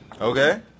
Okay